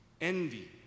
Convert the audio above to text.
Envy